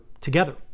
together